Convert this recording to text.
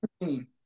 team